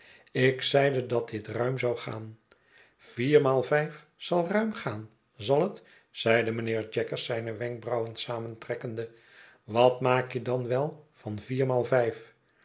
ik zeide dat dit ruim zou gaan viermaai vijf zal ruim gaan zal het zeide mijnheer jaggers zijne wenkbrauwen samentrekkende wat maak je dan wel van viermaai vijf